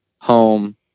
home